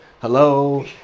hello